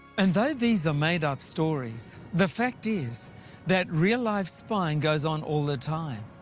and though these are made up stories, the fact is that real life spying goes on all the time.